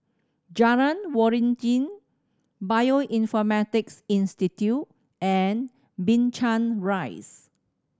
Jalan Waringin Bioinformatics Institute and Binchang Rise